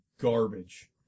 garbage